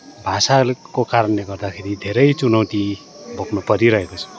भाषाको कारणले गर्दाखेरि धेरै चुनौती भोग्नु परिरहेको छ